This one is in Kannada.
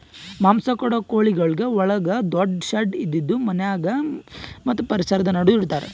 ಮಾಂಸ ಕೊಡೋ ಕೋಳಿಗೊಳಿಗ್ ಒಳಗ ದೊಡ್ಡು ಶೆಡ್ ಇದ್ದಿದು ಮನ್ಯಾಗ ಮತ್ತ್ ಪರಿಸರ ನಡು ಇಡತಾರ್